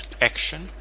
action